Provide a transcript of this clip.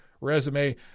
resume